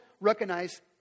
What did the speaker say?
recognize